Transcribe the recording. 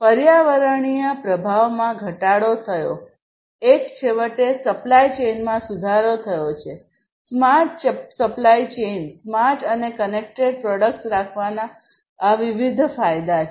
પર્યાવરણીય પ્રભાવમાં ઘટાડો થયો એક છેવટે સપ્લાય ચેઇનમાં સુધારો થયો છેસ્માર્ટ સપ્લાય ચેઇન સ્માર્ટ અને કનેક્ટેડ પ્રોડક્ટ્સ રાખવાના આ વિવિધ ફાયદા છે